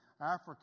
Africa